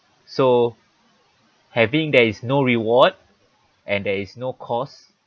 so having there is no reward and there is no cause